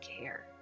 care